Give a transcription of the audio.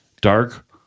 Dark